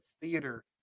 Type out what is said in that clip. theater